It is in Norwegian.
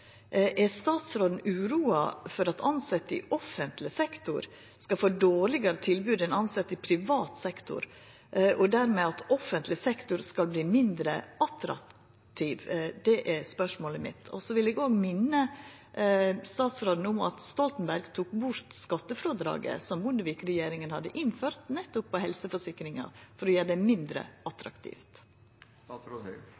Er statsråden uroa for at tilsette i offentleg sektor skal få dårlegare tilbod enn tilsette i privat sektor, og dermed at offentleg sektor skal verta mindre attraktiv? Det er spørsmålet mitt. Så vil eg òg minna statsråden om at Stoltenberg tok bort skattefrådraget som Bondevik-regjeringa hadde innført på nettopp helseforsikringar, for å gjera dei mindre